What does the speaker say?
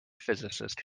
physicist